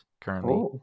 currently